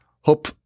hope